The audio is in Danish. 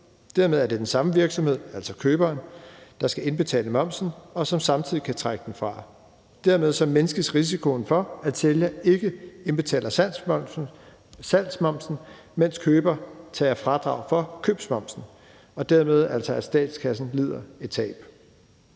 Dermed er det den samme virksomhed, altså køberen, der skal indbetale momsen, og som samtidig kan trække den fra. Dermed mindskes risikoen for, at sælger ikke indbetaler salgsmomsen, mens køber tager fradrag for købsmomsen og dermed altså, at statskassen lider et tab.